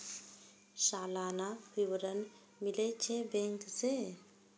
सलाना विवरण मिलै छै बैंक से?